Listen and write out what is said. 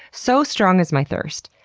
so strong is my thirst.